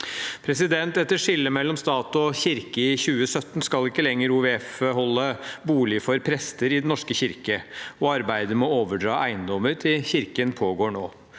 Etter skillet mellom stat og kirke i 2017 skal ikke lenger OVF holde bolig for prester i Den norske kirke, og arbeidet med å overdra eiendommer til Kirken pågår nå.